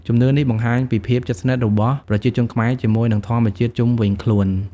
ជំនឿនេះបង្ហាញពីភាពជិតស្និទ្ធរបស់ប្រជាជនខ្មែរជាមួយនឹងធម្មជាតិជុំវិញខ្លួន។